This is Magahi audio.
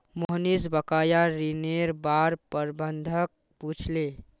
मोहनीश बकाया ऋनेर बार प्रबंधक पूछले